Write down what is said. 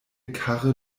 karre